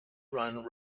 run